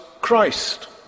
Christ